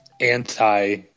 anti